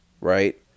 right